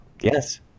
Yes